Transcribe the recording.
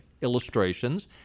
illustrations